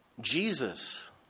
Jesus